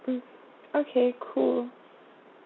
mmhmm okay cool